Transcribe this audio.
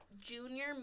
junior